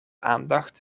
aandacht